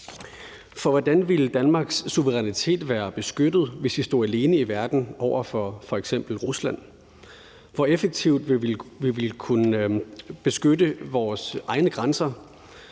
Hvordan ville Danmarks suverænitet være beskyttet, hvis vi stod alene i verden over for f.eks. Rusland? Hvor effektivt ville vi kunne beskytte vores egne grænser